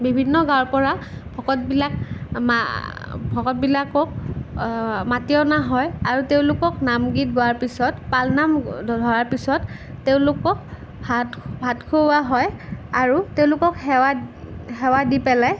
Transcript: বিভিন্ন গাঁৱৰ পৰা ভকতবিলাক আমা ভকতবিলাকক মাতি অনা হয় আৰু তেওঁলোকক নাম গীত গোৱাৰ পিছত পাল নাম ধৰাৰ পিছত তেওঁলোকক ভাত ভাত খুওঁৱা হয় আৰু তেওঁলোকক সেৱা সেৱা দি পেলাই